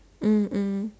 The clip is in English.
mm mm